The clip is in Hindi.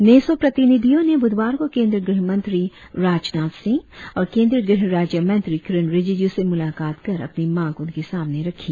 नेसो प्रतिनिधियों ने बुधवार को केंद्रीय गृह मंत्री राजनाथ सिंह और केंद्रीय गृह राज्य मंत्री किरेन रिजिजू से मुलाकात कर अपनी मांग उनके सामने रखी